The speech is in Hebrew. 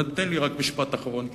תן לי רק משפט אחרון,